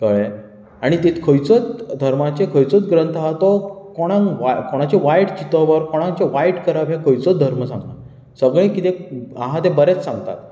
कळ्ळें आनी तेत् खंयचोत धर्माचो खंयचोत ग्रंथ आसा तो कोणांग वा् कोणाचें वायट चितप ऑर कोणाचें वायट करप हें खंयचोत धर्म सांगना सगळें कितें आहा तें बरेंत सांगतात